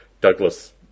Douglas